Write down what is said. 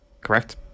Correct